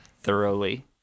Thoroughly